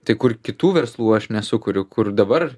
tai kur kitų verslų aš nesukuriu kur dabar